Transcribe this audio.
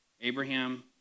Abraham